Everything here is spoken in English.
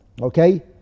Okay